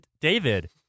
David